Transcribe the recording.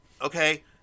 Okay